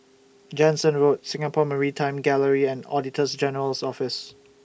Jansen Road Singapore Maritime Gallery and Auditors General's Office